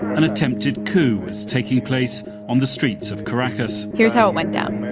an attempted coup was taking place on the streets of caracas here's how went down.